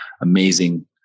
amazing